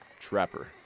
Trapper